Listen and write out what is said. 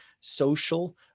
social